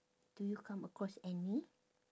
do you come across any